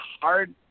hard